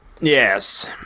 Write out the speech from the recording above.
yes